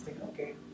okay